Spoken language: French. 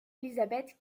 élisabeth